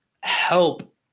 help